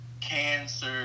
cancer